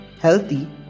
healthy